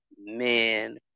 men